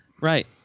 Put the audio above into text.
Right